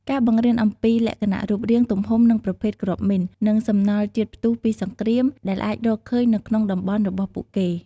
ការបង្រៀនអំពីលក្ខណៈរូបរាង ទំហំ និងប្រភេទគ្រាប់មីន និង សំណល់ជាតិផ្ទុះពីសង្គ្រាម ដែលអាចរកឃើញនៅក្នុងតំបន់របស់ពួកគេ។